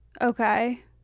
Okay